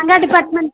Ranga department